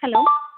hello